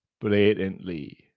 Blatantly